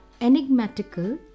enigmatical